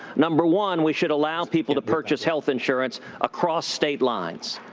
number one, we should allow people to purchase health insurance across state lines.